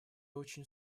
очень